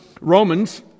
Romans